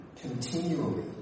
continually